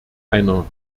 einer